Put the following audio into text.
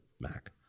Mac